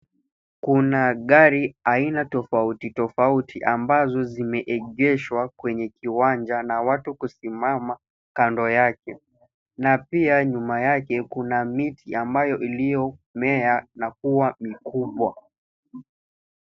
Kuna gari aina tafauti tafauti ambazo zimeekeshwa kwenye kiwanja na watu kusimama kando yake na pia nyuma yake Kuna miti ambayo iliyomea na kuwa mkubwa